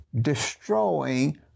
destroying